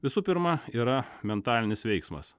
visų pirma yra mentalinis veiksmas